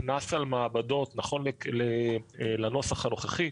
הקנס על מעבדות נכון לנוסח הנוכחי,